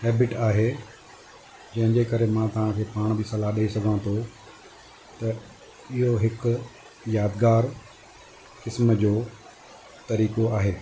habit आहे जंहिंजे करे मां तव्हांखे पाण बि सलाह ॾेई सघां थो त इहो हिकु यादगारु किस्म जो तरीक़ो आहे